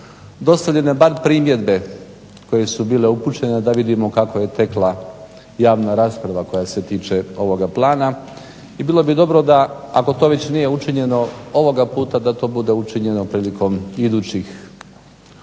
dostavljene bar primjedbe koje su bile upućene da vidimo kako je tekla javna rasprava koja se tiče ovoga plana. I bilo bi dobro da ako to već nije učinjeno ovoga puta da to bude učinjeno prilikom idućih dokumenata